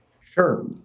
Sure